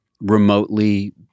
remotely